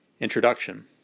Introduction